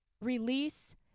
release